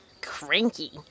cranky